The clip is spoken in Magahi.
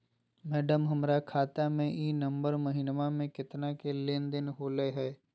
मैडम, हमर खाता में ई नवंबर महीनमा में केतना के लेन देन होले है